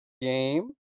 Game